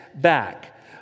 back